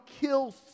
kill